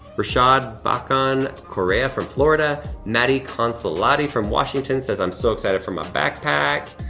rashad bakan correa from florida. maddie consolati from washington says, i'm so excited for my backpack.